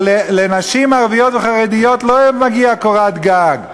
אבל לנשים ערביות וחרדיות לא מגיעה קורת גג,